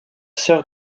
sœur